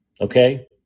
Okay